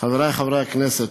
חברי חברי הכנסת,